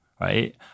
right